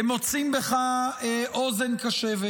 הם מוצאים בך אוזן קשבת.